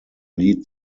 lead